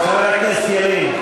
חבר הכנסת ילין.